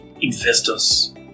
investors